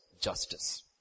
justice